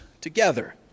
together